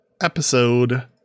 episode